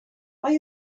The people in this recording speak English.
why